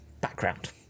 background